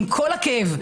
עם כל הכאב,